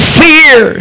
fear